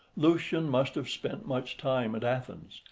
lucian must have spent much time at athens,